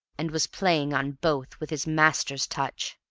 and was playing on both with his master's touch.